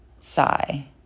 sigh